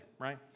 right